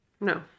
No